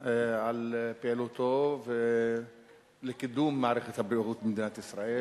על פעילותו לקידום מערכת הבריאות במדינת ישראל.